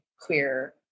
queer